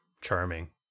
charming